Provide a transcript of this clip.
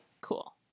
cool